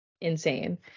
insane